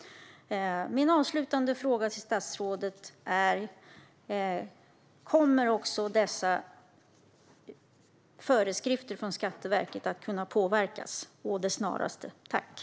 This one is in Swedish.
Min avslutande fråga till statsrådet är: Kommer dessa föreskrifter från Skatteverket att med det snaraste kunna påverkas?